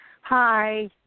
Hi